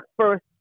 first